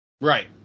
Right